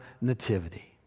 Nativity